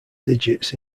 digits